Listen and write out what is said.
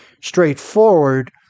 straightforward